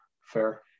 Fair